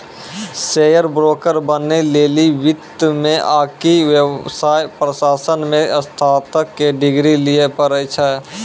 share broker बनै लेली वित्त मे आकि व्यवसाय प्रशासन मे स्नातक के डिग्री लिये पड़ै छै